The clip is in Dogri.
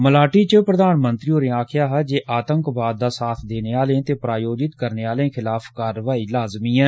मलाटी दरान प्रधानमंत्री होरें आक्खेआ जे आतंकवाद दा साथ देने आले ते प्रायोजित करने आलें खलाफ कारवाई लाज़मी ऐ